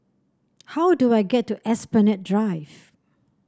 how do I get to Esplanade Drive